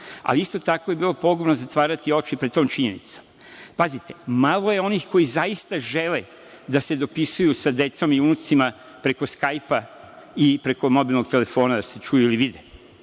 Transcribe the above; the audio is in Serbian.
ali isto tako je bilo pogubno zatvarati oči pred tom činjenicom. Pazite, malo je onih koji zaista žele da se dopisuju sa decom i unucima preko skajpa i preko mobilnog telefona da se čuju ili vide.